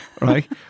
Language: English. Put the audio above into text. Right